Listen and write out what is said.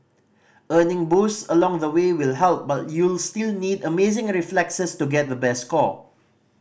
earning boosts along the way will help but you'll still need amazing reflexes to get the best score